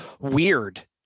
weird